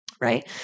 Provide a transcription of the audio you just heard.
right